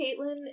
caitlin